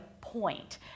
point